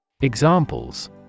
Examples